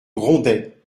grondait